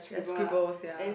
there's scribbles ya